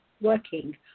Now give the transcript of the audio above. working